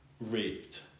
raped